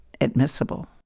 admissible